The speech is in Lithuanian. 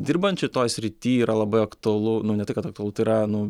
dirbant šitoj srityj yra labai aktualu nu ne tai kad aktualu tai yra nu